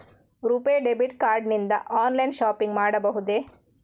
RuPay debit card ನಿಂದ online shopping ಮಾಡಬಹುದೇ?